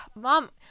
mom